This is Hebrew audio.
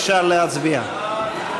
אפשר להצביע.